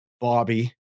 Bobby